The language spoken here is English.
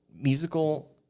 musical